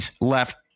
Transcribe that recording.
left